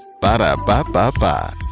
Ba-da-ba-ba-ba